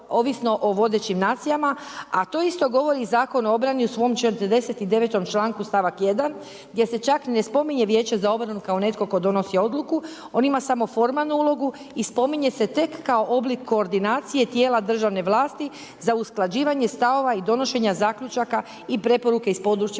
ovisno o vodećim nacijama a to isto govori i Zakon o obrani u svom 49. članku stavak 1. gdje se čak ni ne spominje Vijeće za obranu kao netko tko donosi odluku. On ima samo formalnu ulogu i spominje se tek kao oblik koordinacije tijela državne vlasti za usklađivanje stavova i donošenja zaključaka i preporuke iz područja